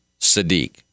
Sadiq